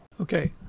Okay